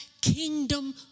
kingdom